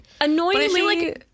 Annoyingly